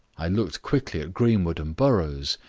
i looked quickly at greenwood and burrows,